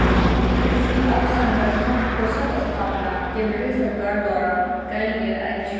कृषि अवसंरचना कोषक स्थापना केंद्रीय सरकार द्वारा कयल गेल अछि